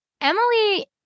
Emily